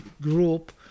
group